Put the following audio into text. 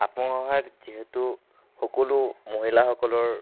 আত্মসহায়ক যিহেতু সকলো মহিলাসকলৰ